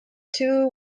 two